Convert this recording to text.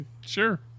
Sure